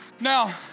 Now